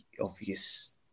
obvious